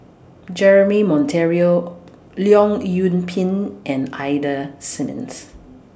Jeremy Monteiro Leong Yoon Pin and Ida Simmons